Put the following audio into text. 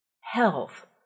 Health